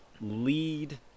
lead